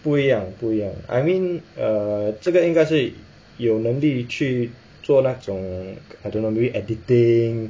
不一样不一样 I mean err 这个应该是有能力去做那种 I don't know maybe editing